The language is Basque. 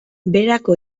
berako